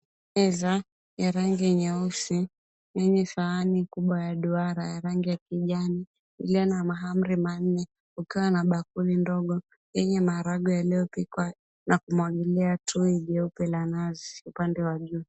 Meza ya rangi nyeusi yenye sahani kubwa ya duara ya rangi ya kijani iliyo na mahamri manne kukiwa na bakuli ndogo yenye maharagwe yaliyopikwa na kumwagilia tui jeupe la nazi upande wa juu.